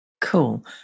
Cool